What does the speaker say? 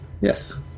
Yes